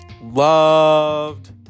loved